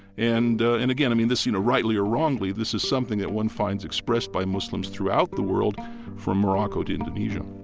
and ah and again, i mean, this, you know rightly or wrongly, this is something that one finds expressed by muslims throughout the world from morocco to indonesia